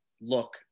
look